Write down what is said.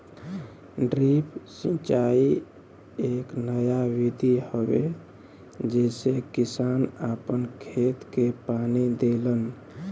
drip सिंचाई एक नया विधि हवे जेसे किसान आपन खेत के पानी देलन